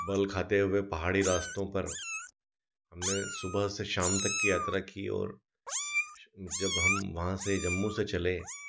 बलखाती हुई पहाड़ी रास्तों पर हमने सुबह से शाम तक की यात्रा की और जब हम वहाँ से जम्मू से चले